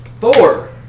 Four